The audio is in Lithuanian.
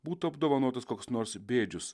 būtų apdovanotas koks nors bėdžius